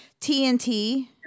TNT